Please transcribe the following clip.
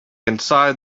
inside